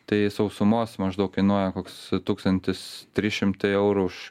tai sausumos maždaug kainuoja koks tūkstantis trys šimtai eurų už